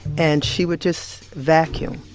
and she would just vacuum